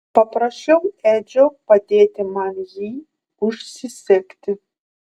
paprašiau edžio padėti man jį užsisegti